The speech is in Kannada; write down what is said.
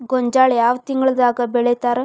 ಗೋಂಜಾಳ ಯಾವ ತಿಂಗಳದಾಗ್ ಬೆಳಿತಾರ?